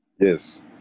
Yes